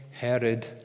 Herod